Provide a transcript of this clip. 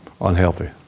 unhealthy